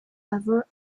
ever